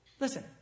Listen